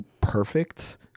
perfect